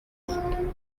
vous